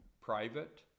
private